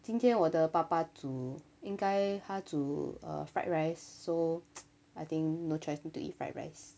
今天我的爸爸煮应该他煮 err fried rice so I think no choice need to eat fried rice